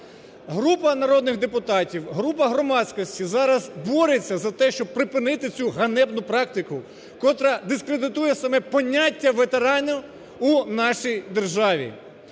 Група народних депутатів, група громадськості зараз бореться за те, щоб припинити цю ганебну практику, котра дискредитує саме поняття ветерана у нашій державі.